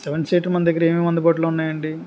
seven seater మన దగ్గర ఏమేమి అందుబాటులో ఉన్నాయండి